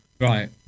Right